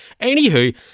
anywho